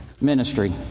ministry